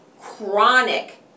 Chronic